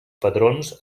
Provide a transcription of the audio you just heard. patrons